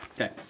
Okay